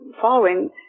following